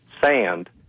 sand